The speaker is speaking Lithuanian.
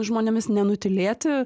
žmonėmis nenutylėti